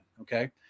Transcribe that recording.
Okay